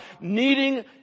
Needing